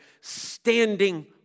standing